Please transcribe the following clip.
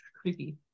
creepy